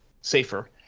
safer